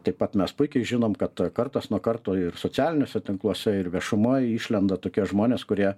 taip pat mes puikiai žinom kad kartas nuo karto ir socialiniuose tinkluose ir viešumoj išlenda tokie žmonės kurie